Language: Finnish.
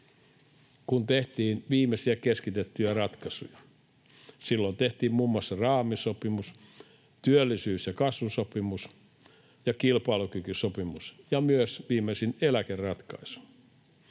kun tehtiin viimeisiä keskitettyjä ratkaisuja. Silloin tehtiin muun muassa raamisopimus, työllisyys- ja kasvusopimus ja kilpailukykysopimus ja myös viimeisin eläkeratkaisu.